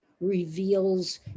reveals